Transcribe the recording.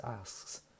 asks